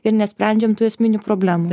ir nesprendžiam tų esminių problemų